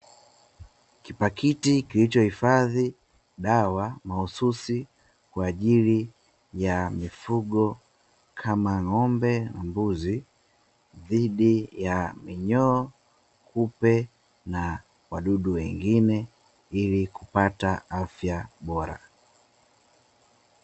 Kipaketi kilichoifadhi dawa mahususi kwa ajili ya mifugo kama ngómbe, mbuzi dhidi ya minyoo kupe na wadudu wengine, ili kupata afya bora.